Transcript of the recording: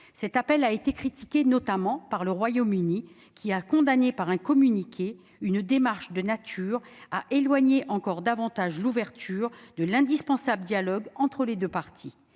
Cet appel a été critiqué, notamment par le Royaume-Uni, qui a condamné, par un communiqué, « une démarche de nature à éloigner encore davantage l'ouverture de l'indispensable dialogue entre les deux parties